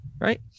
right